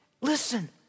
Listen